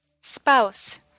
spouse